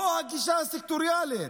לא הגישה הסקטוריאלית,